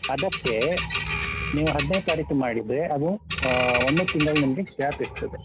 ಅದಕ್ಕೆ ನೀವು ಹದಿನೈದನೆ ತಾರೀಖಿಗೆ ಮಾಡಿದರೆ ಅದು ಒಂದು ತಿಂಗಳು ನಿಮಗೆ ಗ್ಯಾಪ್ ಇರ್ತದೆ